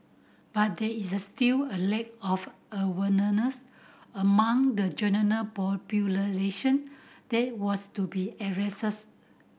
but there is a still a lack of awareness among the general popularization that was to be addressed